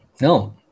no